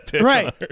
right